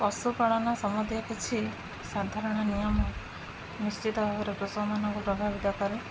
ପଶୁପାଳନ ସମ୍ୱନ୍ଧୀୟ କିଛି ସାଧାରଣ ନିୟମ ନିଶ୍ଚିତ ଭାବରେ କୃଷକମାନଙ୍କୁ ପ୍ରଭାବିତ କରେ